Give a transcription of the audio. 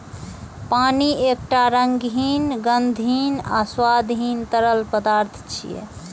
पानि एकटा रंगहीन, गंधहीन आ स्वादहीन तरल पदार्थ छियै